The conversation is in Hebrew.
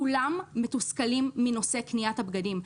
כולם מתוסכלים מנושא קניית הבגדים.